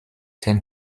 ten